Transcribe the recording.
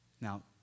Now